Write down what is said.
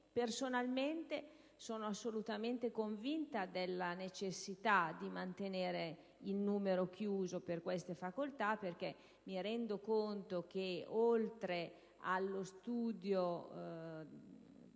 Personalmente, sono assolutamente convinta della necessità di mantenere il numero chiuso per queste facoltà, perché mi rendo conto che, oltre allo studio